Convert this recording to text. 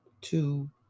two